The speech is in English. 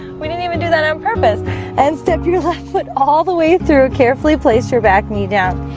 we didn't even do that on purpose and step your left foot all the way through carefully place your back knee down